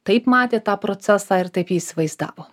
taip matė tą procesą ir taip jį įsivaizdavo